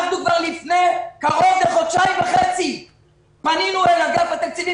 כבר לפני חודשיים וחצי פנינו לאגף התקציבים